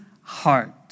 heart